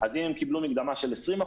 אז אם הם זכאים למקדמה של 20%,